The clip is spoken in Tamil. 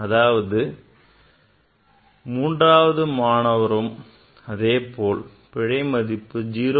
அதேபோல் மூன்றாவது மாணவரின் பிழை மதிப்பு 0